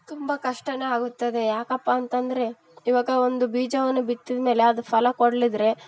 ತುಂಬ ಕಷ್ಟನೇ ಆಗುತ್ತದೆ ಯಾಕಪ್ಪ ಅಂತಂದರೆ ಇವಾಗ ಒಂದು ಬೀಜವನ್ನು ಬಿತ್ತಿದ ಮೇಲೆ ಅದು ಫಲ ಕೊಡ್ದಿದ್ರೆ